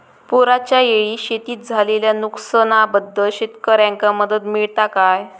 पुराच्यायेळी शेतीत झालेल्या नुकसनाबद्दल शेतकऱ्यांका मदत मिळता काय?